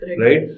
right